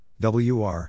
WR